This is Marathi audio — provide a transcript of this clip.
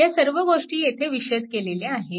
ह्या सर्व गोष्टी येथे विशद केलेल्या आहेत